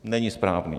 Není správný.